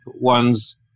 one's